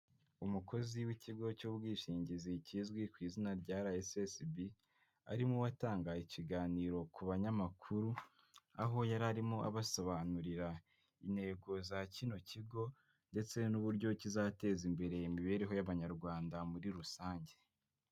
Umukozi w'ikigo cy'ubwishingizi kizwi ku izina rya RSSB arimo atanga ikiganiro ku banyamakuru, aho yari arimo abasobanurira intego za kino kigo ndetse n'uburyo kizateza imbere imibereho y'abanyarwanda muri rusange.